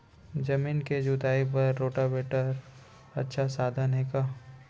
जमीन के जुताई बर रोटोवेटर अच्छा साधन हे का?